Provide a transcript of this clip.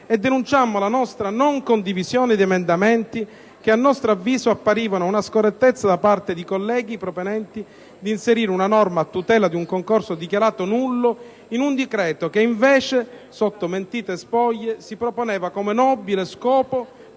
denunciando la nostra non condivisione di emendamenti che, a nostro avviso, apparivano come una scorrettezza da parte dei colleghi proponenti per inserire una norma a tutela di un concorso dichiarato nullo in un decreto che invece, sotto mentite spoglie, si proponeva come nobile scopo